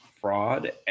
fraud